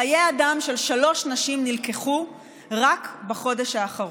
חיי אדם של שלוש נשים נלקחו רק בחודש האחרון.